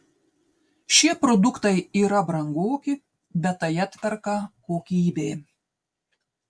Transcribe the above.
šie produktai yra brangoki bet tai atperka kokybė